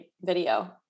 video